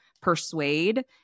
persuade